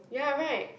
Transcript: ya [right]